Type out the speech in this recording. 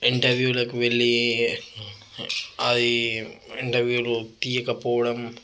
ఇంటర్వ్యూలకు వెళ్ళి అవి ఇంటర్వ్యూలు తీయకపోవడం